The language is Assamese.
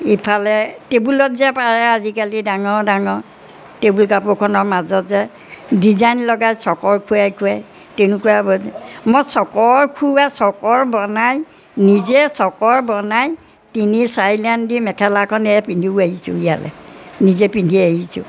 ইফালে টেবুলত যে পাৰে আজিকালি ডাঙৰ ডাঙৰ টেবুল কাপোৰখনৰ মাজত যে ডিজাইন লগাই চকৰ খুৱাই খুৱাই তেনেকুৱা মই চকৰ খুৱাই চকৰ বনাই নিজে চকৰ বনাই তিনি চাৰি লাইন দি মেখেলা এখন পিন্ধিও আহিছোঁ ইয়ালে নিজে পিন্ধি আহিছোঁ